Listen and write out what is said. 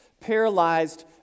paralyzed